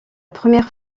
première